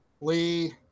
lee